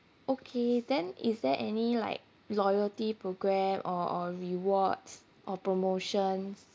okay then is there any like loyalty programme or or rewards or promotions